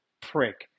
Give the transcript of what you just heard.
prick